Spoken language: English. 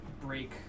break